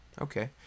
okay